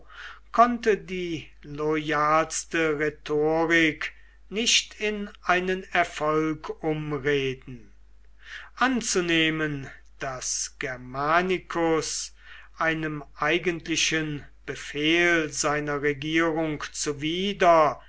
konnte die loyalste rhetorik nicht in einen erfolg umreden anzunehmen daß germanicus einem eigentlichen befehl seiner regierung zuwider